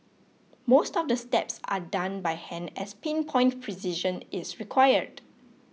most of the steps are done by hand as pin point precision is required